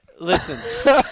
Listen